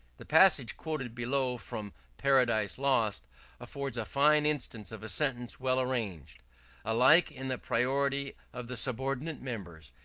the passage quoted below from paradise lost affords a fine instance of a sentence well arranged alike in the priority of the subordinate members,